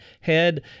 head